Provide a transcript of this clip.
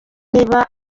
niba